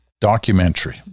documentary